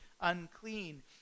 unclean